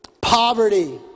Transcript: poverty